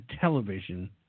television –